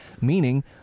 meaning